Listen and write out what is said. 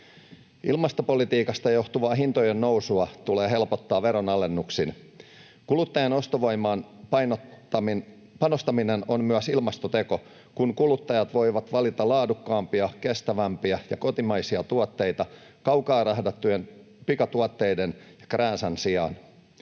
Ilmastopolitiikasta johtuvaa hintojen nousua tulee helpottaa veronalennuksin. Kulutta-jien ostovoimaan panostaminen on myös ilmastoteko, kun kuluttajat voivat valita laadukkaampia, kestävämpiä ja kotimaisia tuotteita kaukaa rahdattujen pikatuotteiden ja krääsän sijaan.